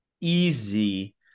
easy